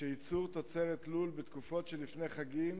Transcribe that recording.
שייצור תוצרת לול בתקופות שלפני חגים